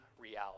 reality